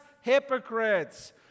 hypocrites